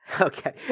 okay